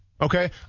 Okay